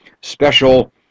special